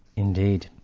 indeed,